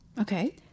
Okay